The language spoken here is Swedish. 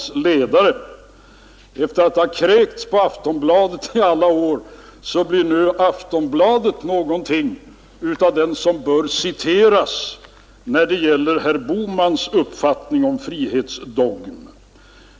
Sedan man från herr Bohmans sida formligen kräkts över Aftonbladet i alla år, tycker man tydligen nu att Aftonbladet är något som kan citeras när det gäller herr Bohmans tolkning av frihetsdogmen.